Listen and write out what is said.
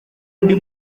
undi